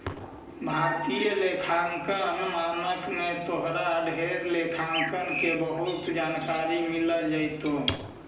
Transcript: भारतीय लेखांकन मानक में तोरा ढेर लेखांकन के बहुत जानकारी मिल जाएतो